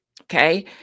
okay